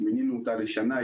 מינינו אותה לשנה.